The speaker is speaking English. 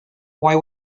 why